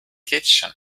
kitchen